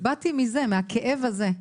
באתי מזה, מהכאב הזה.